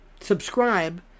subscribe